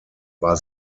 war